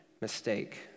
mistake